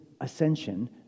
ascension